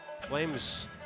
Flames